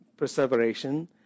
perseveration